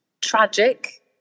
tragic